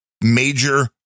major